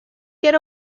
get